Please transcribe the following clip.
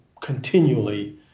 continually